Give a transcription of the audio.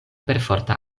perforta